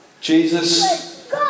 Jesus